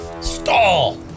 stall